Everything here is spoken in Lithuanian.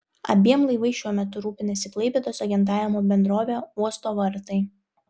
abiem laivais šiuo metu rūpinasi klaipėdos agentavimo bendrovė uosto vartai